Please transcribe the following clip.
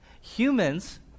Humans